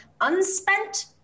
unspent